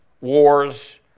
wars